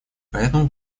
поэтому